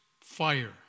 fire